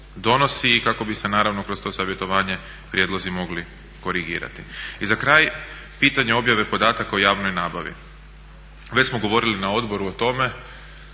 donosi i kako bi se naravno kroz to savjetovanje prijedlozi mogli korigirati. I za kraj, pitanje objave podataka o javnoj nabavi. Već smo govorili na odboru o tome